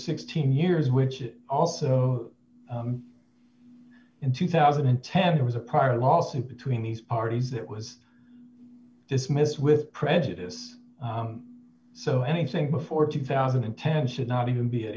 sixteen years which is also in two thousand and ten there was a prior lawsuit between these parties that was dismissed with prejudice so anything before two thousand and ten should not even be an